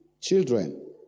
children